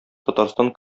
татарстан